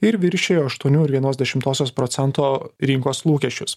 ir viršijo aštuonių ir vienos dešimtosios procento rinkos lūkesčius